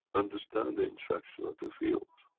understand the interaction of the fields.